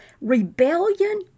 Rebellion